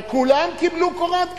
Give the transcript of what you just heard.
אבל, כולם קיבלו בסוף קורת גג.